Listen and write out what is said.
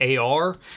AR